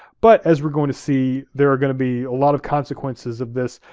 but as we are going to see, there are gonna be a lot of consequences of this,